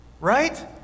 right